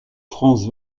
france